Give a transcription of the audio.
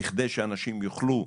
בכדי שאנשים יוכלו,